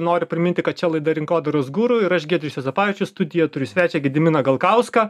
noriu priminti kad čia laida rinkodaros guru ir aš giedrius juozapavičius studijoje turiu svečią gediminą galkauską